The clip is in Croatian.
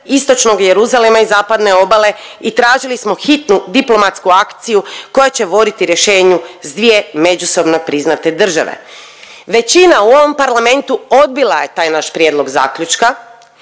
Istočnog Jeruzalema i Zapadne obale i tražili smo hitnu diplomatsku akciju koja će voditi rješenju s dvije međusobno priznate države. Većina u ovom Parlamentu odbila je taj naš prijedlog zaključka,